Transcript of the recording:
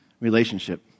relationship